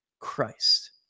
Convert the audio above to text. Christ